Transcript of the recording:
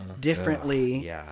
differently